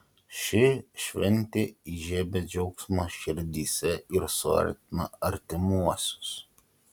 ši šventė įžiebia džiaugsmą širdyse ir suartina artimuosius